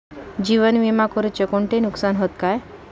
जीवन विमा करुचे कोणते नुकसान हत काय?